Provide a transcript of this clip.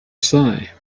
say